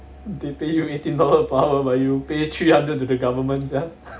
they pay you eighteen dollar per hour but you pay three hundred to the government sia